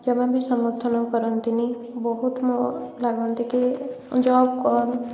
ଜମା ବି ସମର୍ଥନ କରନ୍ତିନି ବହୁତ ମୋ ଲାଗନ୍ତି କି ଜବ୍ କର